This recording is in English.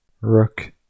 Rook